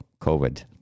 COVID